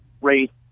rate